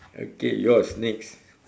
okay yours next